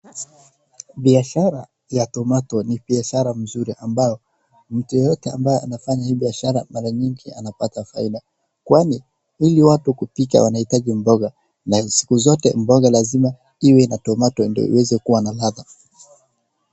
Bishara ya tomato ni biashara mzuri ambaye mtu yeyote anafanya hii biashara maranyingi anapata faida kwani hili watu kupika wanahitaji mboga na siku zote mboga lazima iwe na tomato ndio iweze kuwa na ladha.